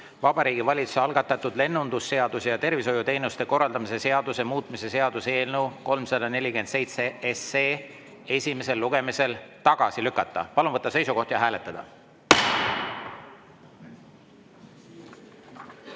Vabariigi Valitsuse algatatud lennundusseaduse ja tervishoiuteenuste korraldamise seaduse muutmise seaduse eelnõu 347 esimesel lugemisel tagasi lükata. Palun võtta seisukoht ja hääletada!